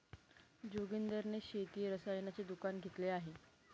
जोगिंदर ने शेती रसायनाचे दुकान घेतले आहे